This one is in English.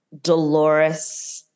Dolores